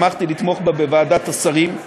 שמחתי לתמוך בה בוועדת השרים.